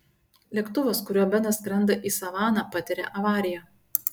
lėktuvas kuriuo benas skrenda į savaną patiria avariją